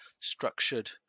structured